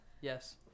Yes